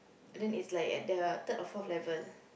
then it's like at the third or fourth level